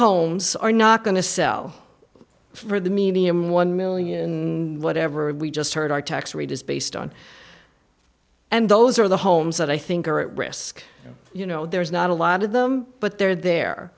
homes are not going to sell for the medium one million dollars whatever we just heard our tax rate is based on and those are the homes that i think are at risk you know there's not a lot of them but they're there